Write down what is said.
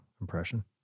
impression